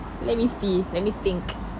let me see let me think